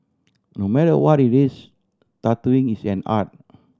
no matter what it is tattooing is an art